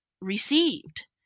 received